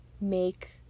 make